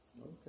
Okay